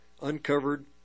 uncovered